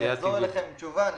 אני אחזור אליכם עם תשובה.